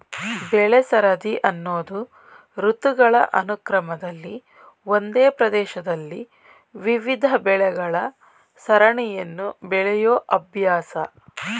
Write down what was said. ಬೆಳೆಸರದಿ ಅನ್ನೋದು ಋತುಗಳ ಅನುಕ್ರಮದಲ್ಲಿ ಒಂದೇ ಪ್ರದೇಶದಲ್ಲಿ ವಿವಿಧ ಬೆಳೆಗಳ ಸರಣಿಯನ್ನು ಬೆಳೆಯೋ ಅಭ್ಯಾಸ